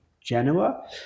Genoa